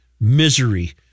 misery